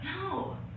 No